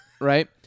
right